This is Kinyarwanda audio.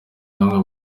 bamwe